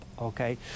okay